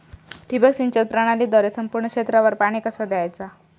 ठिबक सिंचन प्रणालीद्वारे संपूर्ण क्षेत्रावर पाणी कसा दयाचा?